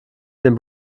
den